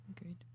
agreed